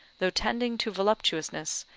though tending to voluptuousness,